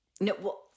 No